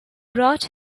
brought